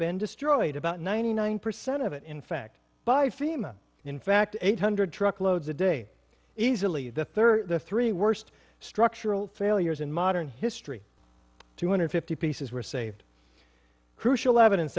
been destroyed about ninety nine percent of it in fact by fema in fact eight hundred truckloads a day easily the third the three worst structural failures in modern history two hundred fifty pieces were saved crucial evidence